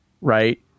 right